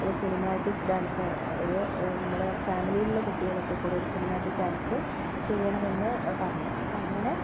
ഒരു cinematic dance ഒരു നമ്മുടെ ഫാമിലിയിലുള്ള കുട്ടികളൊക്കെക്കൂടി ഒരു സിനിമാറ്റിക് ഡാൻസ് ചെയ്യണമെന്ന് പറഞ്ഞു അപ്പോൾ അങ്ങനെ